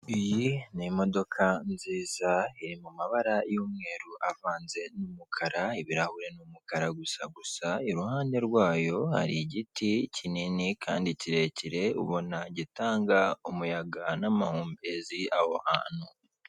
Iyi ni imodoka nziza iri mu mabara y'umweru avanze n'umukara ibirahure n'umukara gusa gusa iruhande rwayo hari igiti kinini kandi kirekire ubona gitanga umuyaga n'amahumbezi aho hantu.